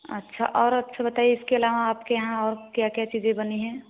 अच्छा और अच्छा बताइए इसके अलावा आपके यहाँ और क्या क्या चीज़ें बनी हैं